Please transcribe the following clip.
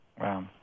Wow